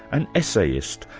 an essayist,